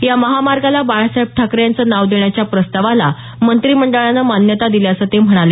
या महामार्गाला बाळासाहेब ठाकरे यांचं नाव देण्याच्या प्रस्तावाला मंत्रिमंडळानं मान्यता दिल्याचं ते म्हणाले